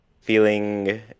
feeling